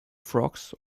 frocks